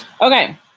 okay